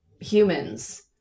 humans